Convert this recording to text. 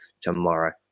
tomorrow